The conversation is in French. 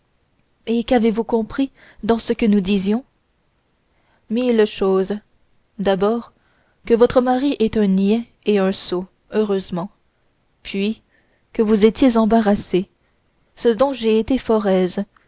et qu'avez-vous compris dans ce que nous disions mille choses d'abord que votre mari est un niais et un sot heureusement puis que vous étiez embarrassée ce dont j'ai été fort